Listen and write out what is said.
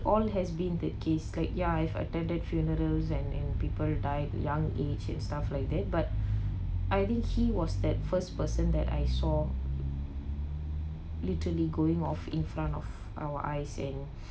all has been the case like ya I've attended funerals and and people died young age and stuff like that but I think he was that first person that I saw literally going off in front of our eyes and